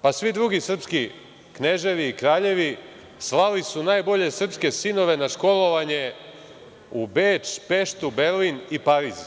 pa svi drugi srpski kneževi i kraljevi slali su najbolje srpske sinove na školovanje u Beč, Peštu, Berlin i Pariz.